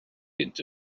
into